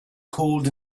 called